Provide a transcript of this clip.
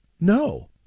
No